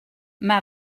mae